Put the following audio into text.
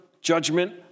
judgment